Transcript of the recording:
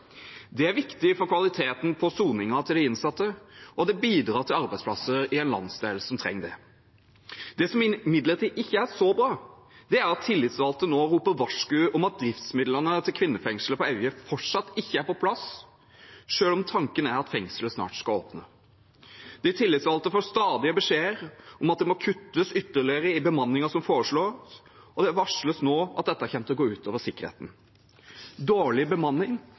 Det er viktig for kvaliteten på soningen til de innsatte, og det bidrar til arbeidsplasser i en landsdel som trenger det. Det som imidlertid ikke er så bra, er at tillitsvalgte nå roper varsku om at driftsmidlene til kvinnefengselet på Evje fortsatt ikke er på plass, selv om tanken er at fengselet snart skal åpne. De tillitsvalgte får stadig beskjeder om at det må kuttes ytterligere i bemanningen som foreslås, og det varsles nå at dette kommer til å gå ut over sikkerheten. Dårlig bemanning